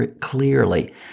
clearly